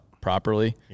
properly